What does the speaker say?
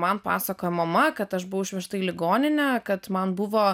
man pasakojo mama kad aš buvau išvežta į ligoninę kad man buvo